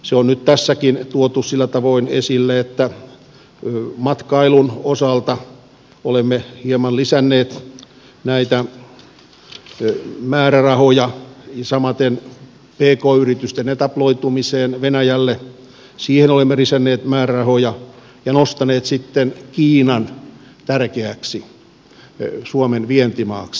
se on nyt tässäkin tuotu sillä tavoin esille että matkailun osalta olemme hieman lisänneet näitä määrärahoja samaten pk yritysten etabloitumiseen venäjälle olemme lisänneet määrärahoja ja nostaneet kiinan tärkeäksi suomen vientimaaksi